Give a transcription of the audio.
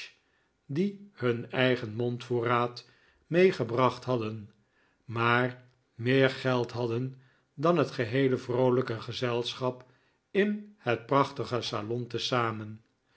die hun eigen mondvoorraad meegebracht hadden maar meer geld hadden dan het geheele vroolijke gezelschap in het prachtige salon te zamen